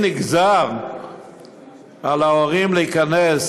אם נגזר על ההורים להיכנס